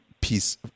piece